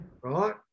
right